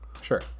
Sure